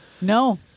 No